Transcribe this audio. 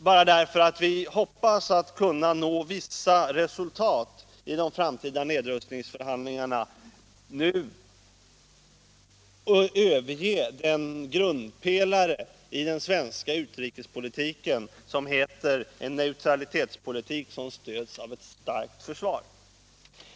Bara därför att vi hoppas kunna nå vissa resultat i de framtida nedrustningsförhandlingarna kan vi inte nu överge den grundpelare i den svenska utrikespolitiken som heter en neutralitetspolitik som stöds av ett starkt försvar.